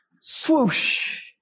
Swoosh